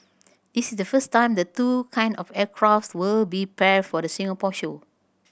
this is the first time the two kinds of aircraft will be paired for the Singapore show